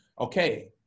Okay